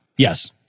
Yes